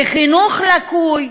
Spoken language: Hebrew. בחינוך לקוי,